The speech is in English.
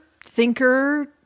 thinker